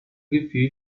فیبی